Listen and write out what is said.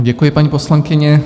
Děkuji, paní poslankyně.